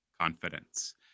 confidence